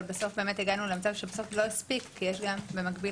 אבל בסוף הגענו למצב שלא הספיק כי יש גם במקביל